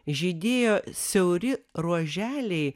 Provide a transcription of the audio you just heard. žydėjo siauri ruoželiai